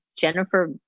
Jennifer